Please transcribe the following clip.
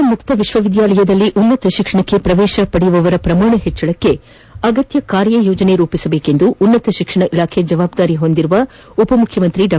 ಕರ್ನಾಟಕ ಮುಕ್ತ ವಿಶ್ವವಿದ್ಯಾಲಯದಲ್ಲಿ ಉನ್ನತ ಶಿಕ್ಷಣಕ್ಕೆ ಪ್ರವೇಶ ಪಡೆಯುವವರ ಪ್ರಮಾಣ ಹೆಚ್ಚಿಸಲು ಅಗತ್ಯ ಕಾರ್ಯಯೋಜನೆ ರೂಪಿಸುವಂತೆ ಉನ್ನತ ಶಿಕ್ಷಣ ಇಲಾಖೆ ಜವಾಬ್ಲಾರಿ ಹೊಂದಿರುವ ಉಪಮುಖ್ಯಮಂತ್ರಿ ಡಾ